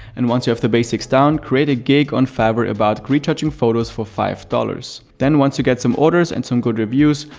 and once you have the basics down, create a gig on fiverr about retouching photos for five dollars. then, once you get some orders and some good reviews,